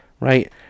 right